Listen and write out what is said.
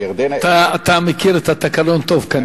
אתה מכיר את התקנון טוב, כנראה.